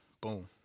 Boom